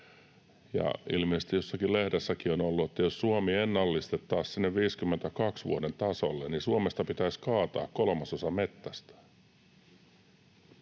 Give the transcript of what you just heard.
ilmeisesti jossakin lehdessäkin on ollut, että jos Suomi ennallistettaisiin sinne vuoden 52 tasolle, niin Suomesta pitäisi kaataa kolmasosa metsästä.